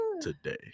today